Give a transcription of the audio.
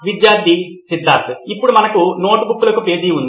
విద్యార్థి సిద్ధార్థ్ ఇప్పుడు మనకు నోట్ బుక్ లకు పేజీ ఉంది